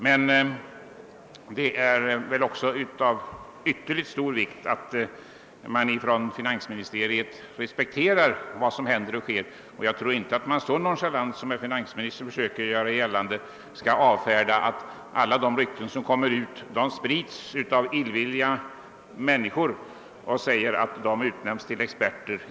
Men det är också av ytterligt stor vikt att från finansministeriets sida respekteras vad som händer och sker, och jag tycker inte att man så nonchalant som finansministern gör skall avfärda ryktena och säga att de sprides av illvilliga människor som utnämnts till experter.